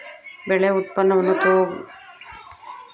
ಬೆಳೆ ಉತ್ಪನ್ನವನ್ನು ತೂಗಲು ಬಳಸುವ ತೂಕ ಮತ್ತು ಮಾಪನದ ಸಾಮಾನ್ಯ ಮಾನದಂಡಗಳು ಯಾವುವು?